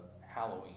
Halloween